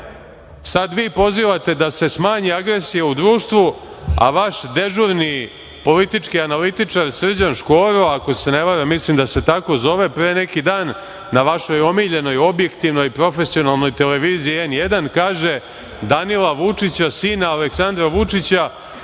Sad vi pozivate da se smanji agresija u društvu, a vaš dežurni politički analitičar Srđan Škoro, ako se ne varam, mislim da se tako zove, pre neki dan, na vašoj omiljenoj, objektivnoj i profesionalnoj televiziji N1 kaže - Danila Vučića, sina Aleksandra Vučića,